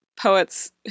poets